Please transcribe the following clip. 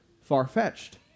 far-fetched